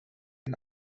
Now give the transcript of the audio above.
bei